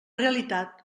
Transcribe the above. realitat